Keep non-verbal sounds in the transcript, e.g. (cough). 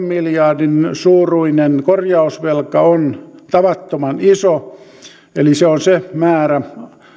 (unintelligible) miljardin suuruinen korjausvelka on tavattoman iso eli se on se määrä